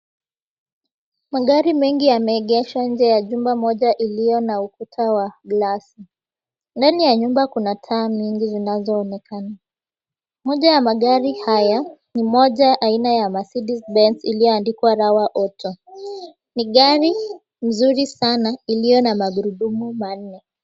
Magari mengi yameegeshwa nje ya jumba lenye ukuta wa glasi. Ndani ya jumba hilo kuna taa nyingi zinazoangaza. Moja ya magari hayo ni aina ya Mercedes-Benz iliyoandikwa, Rawa Auto, gari zuri sana lenye magurudumu manne.